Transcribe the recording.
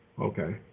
Okay